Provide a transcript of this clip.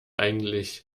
eigentlich